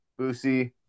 Boosie